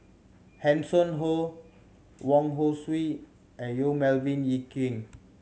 Hanson Ho Wong Hong Suen and Yong Melvin Yik Chye